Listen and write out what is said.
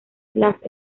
las